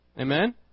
Amen